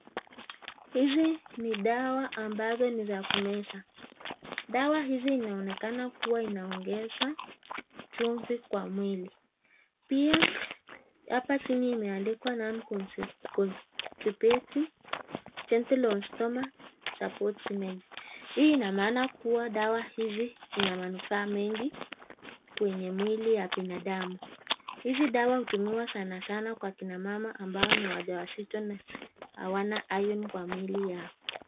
Hizi ni dawa ambazo ni za kumeza. Dawa hizi inaonekana kuwa inaongeza chumvi kwa mwili. Pia hapa chini imeandikwa non constipating gentle on stomach support energy . Hii inamaana kuwa dawa hizi ina manufaa mengi kwenye mwili ya binadamu. Hizi dawa hutumiwa sana sana kwa kina mama ambao ni wajawazito na hawana iron kwa mwili yao.